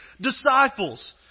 disciples